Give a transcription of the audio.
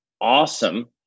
awesome